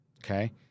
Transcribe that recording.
Okay